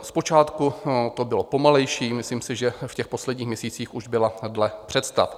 Zpočátku to bylo pomalejší, myslím si, že v posledních měsících už to bylo podle představ.